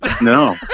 No